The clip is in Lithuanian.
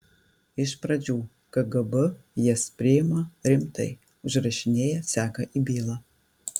iš pradžių kgb jas priima rimtai užrašinėja sega į bylą